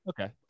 Okay